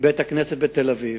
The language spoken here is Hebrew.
בית-כנסת בתל-אביב.